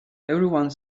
everyone